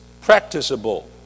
practicable